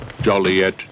Joliet